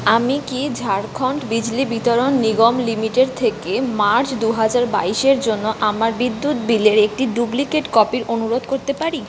আমি কি ঝাড়খণ্ড বিজলী বিতরণ নিগম লিমিটেড থেকে মার্চ দু হাজার বাইশের জন্য আমার বিদ্যুৎ বিলের একটি ডুপ্লিকেট কপির অনুরোধ করতে পারি